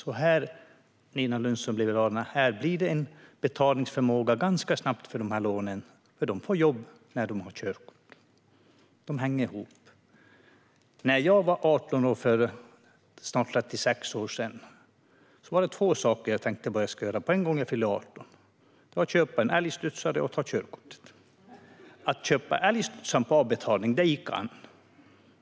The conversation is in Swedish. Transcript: Det uppstår, Nina Lundström från Liberalerna, ganska snabbt en betalförmåga för dessa lån, för man får jobb när man har körkort. Det hänger ihop. När jag skulle fylla 18 år för snart 36 år sedan var det två saker jag tänkte att jag skulle göra så fort jag fyllt: köpa en älgstudsare och ta körkort. Att köpa älgstudsaren på avbetalning gick an.